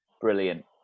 Brilliant